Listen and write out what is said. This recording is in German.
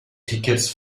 tickets